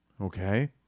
Okay